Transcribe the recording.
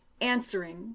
answering